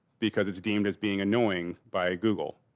because it's deemed as being annoying by google.